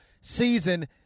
season